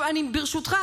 ברשותך,